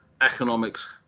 economics